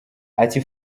ati